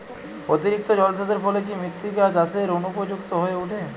অতিরিক্ত জলসেচের ফলে কি মৃত্তিকা চাষের অনুপযুক্ত হয়ে ওঠে?